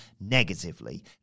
negatively